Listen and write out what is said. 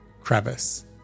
crevice